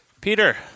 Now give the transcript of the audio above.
Peter